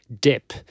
dip